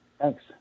Thanks